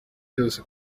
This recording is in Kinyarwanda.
cyose